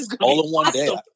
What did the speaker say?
All-in-one-day